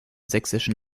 sächsischen